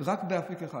רק באפיק אחד.